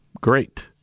great